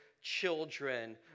children